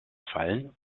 fallen